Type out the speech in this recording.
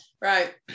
Right